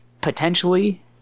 potentially